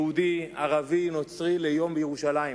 יהודי, ערבי, נוצרי, ליום ירושלים.